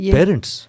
Parents